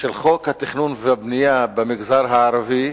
של חוק התכנון והבנייה במגזר הערבי,